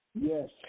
Yes